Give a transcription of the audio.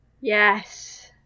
Yes